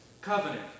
covenant